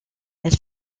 elles